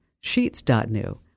sheets.new